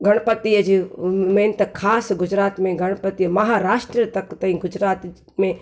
गणपतीअ जी मेन त ख़ासि गुजरात में गणपतीअ महाराष्ट्र तक ताईं गुजरात में